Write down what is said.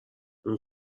اون